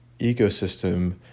ecosystem